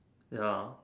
ya